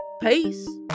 Peace